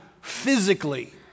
physically